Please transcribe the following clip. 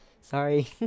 Sorry